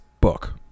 book